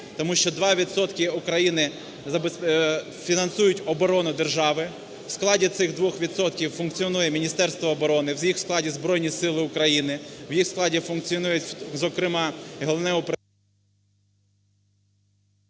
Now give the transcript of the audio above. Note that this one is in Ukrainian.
тому що 2 відсотки України фінансують оборону держави, у складі цих 2 відсотків функціонує Міністерство оборони, в їх складі Збройні Сили України, в їх складі функціонує зокрема і Головне управління…